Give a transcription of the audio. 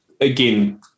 again